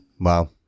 Wow